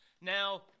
Now